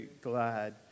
glad